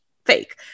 fake